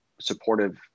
supportive